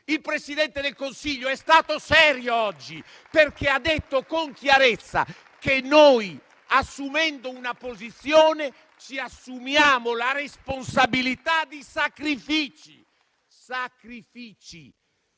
Il Presidente del Consiglio è stato serio oggi, perché ha detto con chiarezza che, assumendo una posizione, ci assumiamo la responsabilità di sacrifici! Sacrifici!